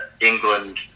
England